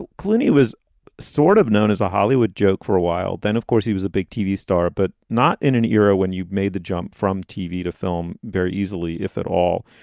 clooney was sort of known as a hollywood joke for a while. then, of course, he was a big tv star, but not in an era when you've made the jump from tv to film very easily, if at all.